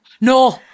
No